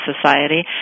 society